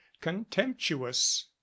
contemptuous